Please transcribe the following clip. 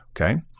Okay